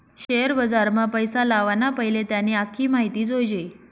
share बजारमा पैसा लावाना पैले त्यानी आख्खी माहिती जोयजे